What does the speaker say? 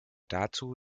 dazu